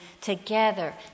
Together